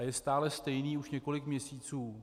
Je stále stejný už několik měsíců.